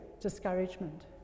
discouragement